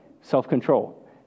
self-control